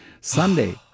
sunday